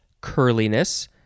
curliness